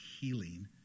healing